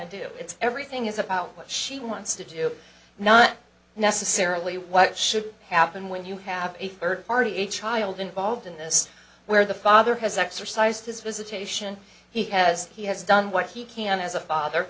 to do it's everything is about what she wants to do not necessarily what should happen when you have a third party a child involved in this where the father has exercised his visitation he has he has done what he can as a father